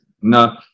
No